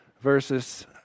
versus